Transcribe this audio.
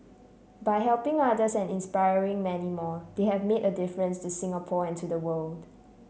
by helping others and inspiring many more they have made a difference to Singapore and to the world